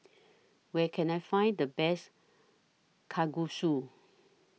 Where Can I Find The Best Kalguksu